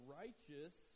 righteous